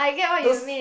those